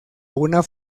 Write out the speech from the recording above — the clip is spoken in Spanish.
una